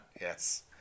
yes